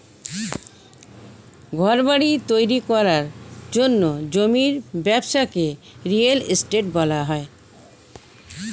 ঘরবাড়ি তৈরি করার জন্য জমির ব্যবসাকে রিয়েল এস্টেট বলা হয়